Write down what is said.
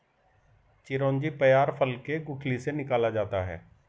चिरौंजी पयार फल के गुठली से निकाला जाता है